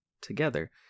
together